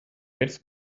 jetzt